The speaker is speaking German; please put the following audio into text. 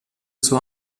zur